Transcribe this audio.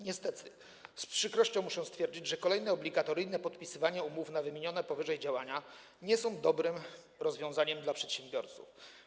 Niestety, z przykrością muszę stwierdzić, że kolejne obligatoryjne podpisywanie umów na wymienione powyżej działania nie jest dobrym rozwiązaniem dla przedsiębiorców.